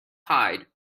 hide